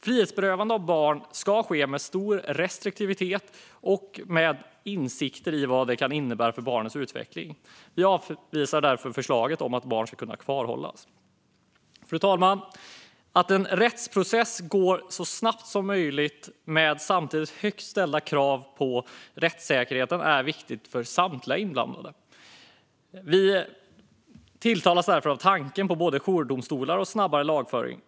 Frihetsberövande av barn ska ske med stor restriktivitet och med insikter om vad det kan innebära för barnets utveckling. Vi avvisar därför förslaget om att barn ska kunna kvarhållas. Fru talman! Att en rättsprocess går så snabbt som möjligt med samtidigt högt ställda krav på rättssäkerheten är viktigt för samtliga inblandade. Vi tilltalas därför av tanken på både jourdomstolar och snabbare lagföring.